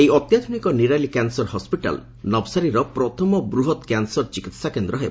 ଏହି ଅତ୍ୟାଧୁନିକ Nirali cancer hospital ନଭସାରୀର ପ୍ରଥମ ବୃହତ୍ କ୍ୟାନସର ଚିକିହାକେନ୍ଦ୍ର ହେବ